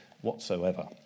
whatsoever